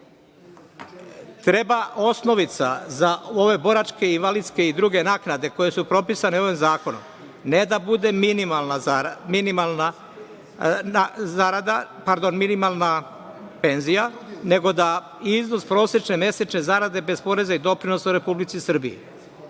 treba osnovica za ove boračke, invalidske i druge naknade, koje su propisane ovih zakonom ne da bude minimalna penzija, nego da iznos prosečne mesečne zarade bez poreza i doprinosa u Republici Srbiji. Još